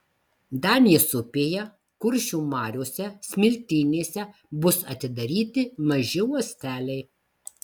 danės upėje kuršių mariose smiltynėse bus atidaryti maži uosteliai